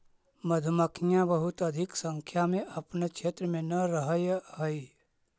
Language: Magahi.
मधुमक्खियां बहुत अधिक संख्या में अपने क्षेत्र में न रहअ हई